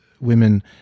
women